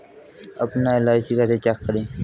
अपना एल.आई.सी कैसे चेक करें?